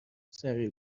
سریع